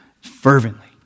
fervently